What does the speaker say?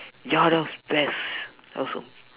ya that was best awesome